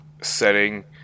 setting